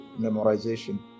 memorization